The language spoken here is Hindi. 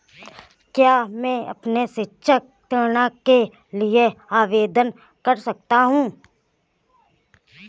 क्या मैं अपने शैक्षिक ऋण के लिए आवेदन कर सकता हूँ?